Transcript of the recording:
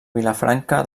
vilafranca